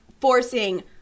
forcing